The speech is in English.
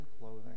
clothing